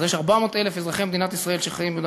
אז יש 400,000 אזרחי מדינת ישראל שחיים ביהודה